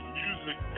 music